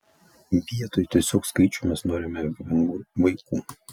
vietoj tiesiog skaičių mes norime vengrų vaikų